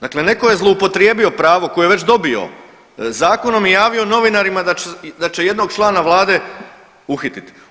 Dakle, neko je zloupotrijebio pravo koje je već dobio zakonom i javio novinarima da će jednog člana vlade uhitit.